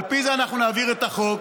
על פי אנחנו נעביר את החוק,